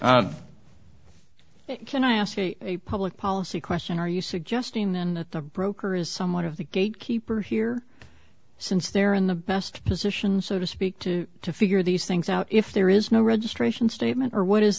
wasn't can i ask you a public policy question are you suggesting then the broker is someone of the gate keeper here since they're in the best position so to speak to to figure these things out if there is no registration statement or what is